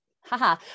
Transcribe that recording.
haha